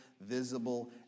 visible